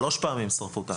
שלוש פעמים שרפו את האתר.